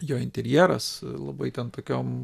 jo interjeras labai ten tokiom